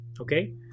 okay